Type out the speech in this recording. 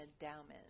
endowment